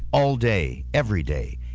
all day, every day.